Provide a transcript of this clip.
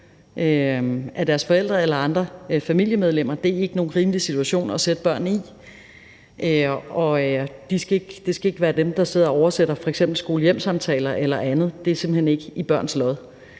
deres forældre eller andre familiemedlemmer; det er ikke nogen rimelig situation at sætte børn i, og det skal ikke være dem, der sidder og oversætter f.eks. skole-hjem-samtaler eller andet, det må simpelt hen ikke falde i børns lod.